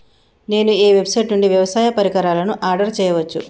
నేను ఏ వెబ్సైట్ నుండి వ్యవసాయ పరికరాలను ఆర్డర్ చేయవచ్చు?